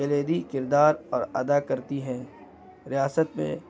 کلدی کردار اور ادا کرتی ہیں ریاست میں